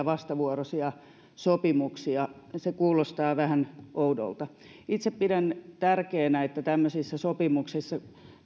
vastavuoroisia sopimuksia se kuulostaa vähän oudolta itse pidän tärkeänä että tämmöisissä sopimuksissa